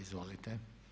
Izvolite.